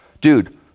Dude